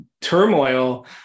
turmoil